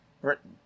Britain